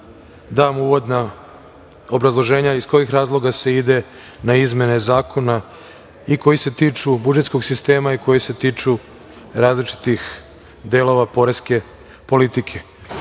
dam uvodna obrazloženja iz kojih razloga se ide na izmene zakona i koji se tiču budžetskog sistema i koji se tiču različitih delova poreske politike. Isto